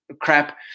crap